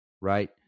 right